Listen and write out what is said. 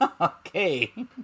Okay